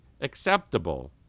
acceptable